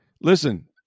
listen